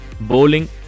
bowling